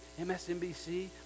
msnbc